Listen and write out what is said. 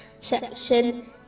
section